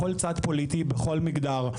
בכל צד פוליטי ובכל מגדר.